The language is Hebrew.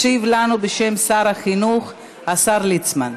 ישיב לנו בשם שר החינוך השר ליצמן.